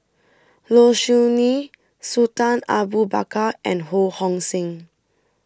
Low Siew Nghee Sultan Abu Bakar and Ho Hong Sing